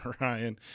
Ryan